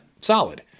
solid